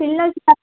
పిల్ల